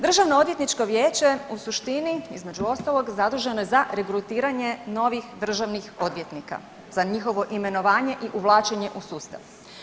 Državnoodvjetničko vijeće u suštini između ostalog zaduženo je za regrutiranje novih državnih odvjetnika, za njihovo imenovanje i uvlačenje u sustav.